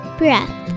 breath